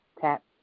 tap